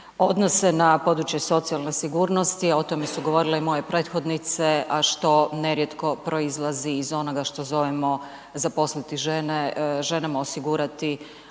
odnose na područje socijalne sigurnosti, a o tome su govorile i moje prethodnice, a što nerijetko proizlazi iz onoga što zovemo zaposliti žene, ženama osigurati